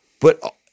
But-